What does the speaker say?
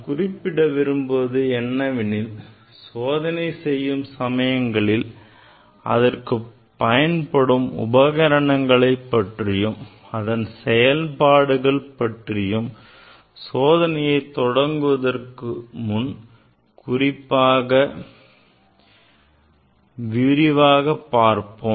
குறிப்பிட விரும்புவது என்னவெனில் சோதனை செய்யும் சமயங்களில் அதற்குப் பயன்படும் உபகரணங்களை பற்றியும் அதன் செயல்பாடுகள் குறித்தும் சோதனையை தொடங்குவதற்கு முன் விரிவாக பார்ப்போம்